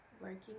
working